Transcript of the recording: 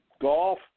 golf